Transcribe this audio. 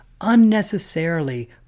unnecessarily